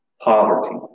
poverty